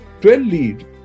12-lead